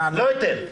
לא אתן,